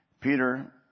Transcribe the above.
Peter